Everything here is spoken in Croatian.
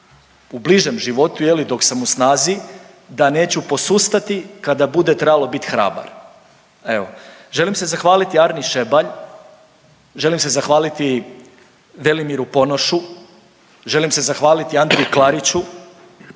u bližem životu je li dok sam u snazi da neću posustati kada bude trebalo bit hrabar, evo. Želim se zahvaliti Arni Šebalj, želim se zahvaliti Velimiru Ponošu, želim se zahvaliti Andreju Klariću,